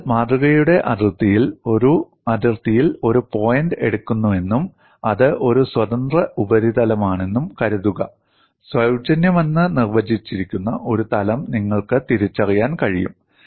നിങ്ങൾ മാതൃകയുടെ അതിർത്തിയിൽ ഒരു പോയിന്റ് എടുക്കുന്നുവെന്നും അത് ഒരു സ്വതന്ത്ര ഉപരിതലമാണെന്നും കരുതുക സൌജന്യമെന്ന് നിർവചിച്ചിരിക്കുന്ന ഒരു തലം നിങ്ങൾക്ക് തിരിച്ചറിയാൻ കഴിയും